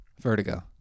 Vertigo